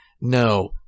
no